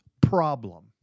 problem